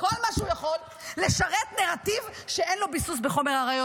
-- כל מה שהוא יכול לשרת נרטיב שאין לו ביסוס בחומר הראיות.